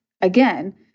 Again